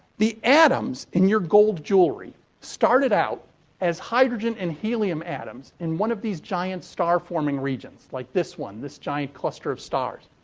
the atoms in your gold jewelry started out as hydrogen and helium atoms in one of these giant star forming regions, like this one, this giant cluster of stars.